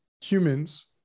humans